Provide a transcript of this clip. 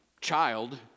child